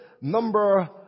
number